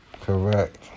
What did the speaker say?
Correct